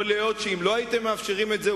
יכול להיות שאם לא הייתם מאפשרים את זה,